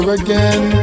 again